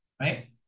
Right